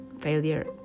failure